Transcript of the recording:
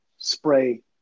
Spray